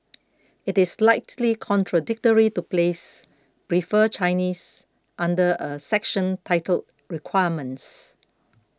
it is slightly contradictory to place prefer Chinese under a section titled requirements